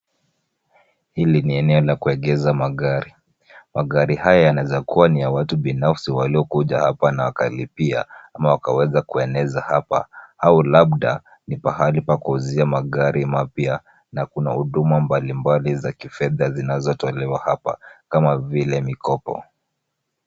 Hili ni eneo la kuegesha magari. Magari haya yanaweza kuwa ni ya watu binafsi waliokuja hapa na wakalipia ama wakaweza kueneza hapa au labda ni pahali pa kuuzia magari mapya na kuna huduma mbalimbali za kifedha zinazotolewa hapa kama vile mikopo.